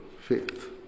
faith